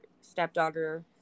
stepdaughter